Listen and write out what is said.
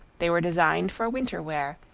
they were designed for winter wear,